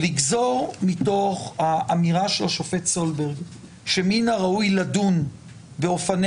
לגזור מתוך האמירה של השופט סולברג שמן הראוי לדון באופני